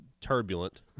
turbulent